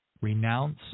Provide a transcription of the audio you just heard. renounce